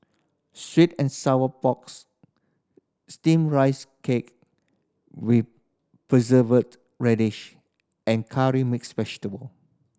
sweet and sour porks Steamed Rice Cake with Preserved Radish and Curry Mixed Vegetable